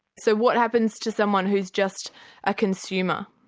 so what happens to someone who is just a consumer?